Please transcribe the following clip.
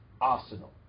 arsenal